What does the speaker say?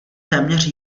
téměř